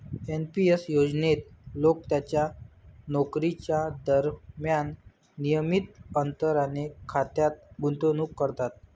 NP S योजनेत लोक त्यांच्या नोकरीच्या दरम्यान नियमित अंतराने खात्यात गुंतवणूक करतात